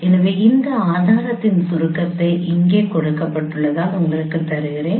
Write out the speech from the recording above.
எனவே இந்த ஆதாரத்தின் சுருக்கத்தை இங்கே கொடுக்கப்பட்டுள்ளதால் உங்களுக்கு தருகிறேன்